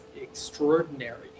extraordinary